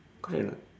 correct or not